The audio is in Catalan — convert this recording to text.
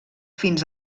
fins